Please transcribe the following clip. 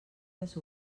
les